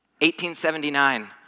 1879